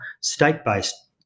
state-based